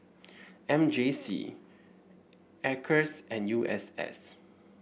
M J C Acres and U S S